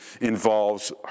involves